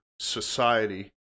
society